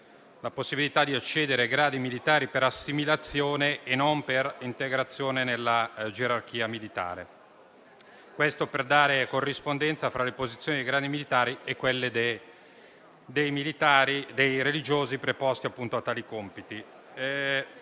alla possibilità di accedere ai gradi militari per assimilazione e non per integrazione nella gerarchia militare, al fine di avere una corrispondenza fra le posizioni dei gradi militari e quelle dei religiosi preposti a tali compiti.